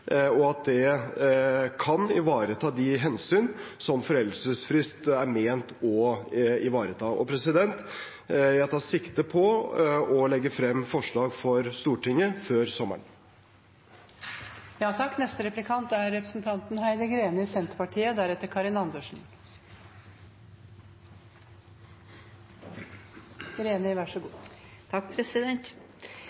og at det kan ivareta de hensyn som foreldelsesfrist er ment å ivareta. Jeg tar sikte på å legge frem forslag for Stortinget før sommeren. Vi mottar mange henvendelser fra folk som får beskjed om en eventuell tilbakekalling, og så